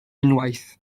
unwaith